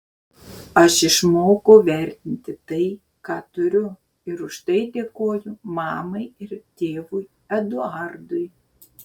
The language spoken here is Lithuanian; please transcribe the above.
aš išmokau vertinti tai ką turiu ir už tai dėkoju mamai ir tėvui eduardui